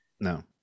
No